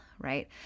right